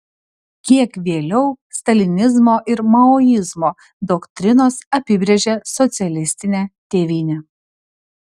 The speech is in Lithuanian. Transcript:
kiek vėliau stalinizmo ir maoizmo doktrinos apibrėžė socialistinę tėvynę